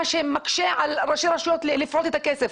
מה שמקשה על ראשי רשויות לפרוט את הכסף.